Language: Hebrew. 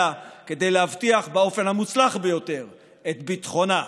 כדי להבטיח באופן המוצלח ביותר את ביטחונה,